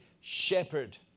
shepherd